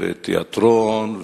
תיאטרון,